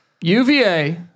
UVA